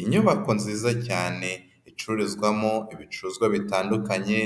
Inyubako nziza cyane icururizwamo ibicuruzwa bitandukanye